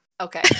Okay